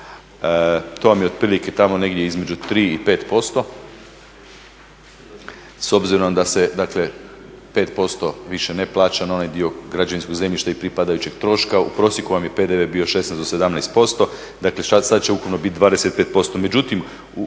To vam je otprilike tamo negdje između 3 i 5%, s obzirom da se, dakle 5% više ne plaća na onaj dio građevinskog zemljišta i pripadajućeg troška. U prosjeku vam je PDV bio 16 do 17%. Dakle, sad će ukupno biti 25%.